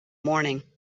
morning